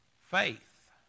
Faith